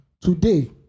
Today